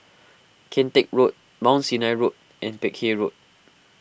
Kian Teck Road Mount Sinai Road and Peck Hay Road